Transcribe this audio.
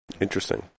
Interesting